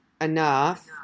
enough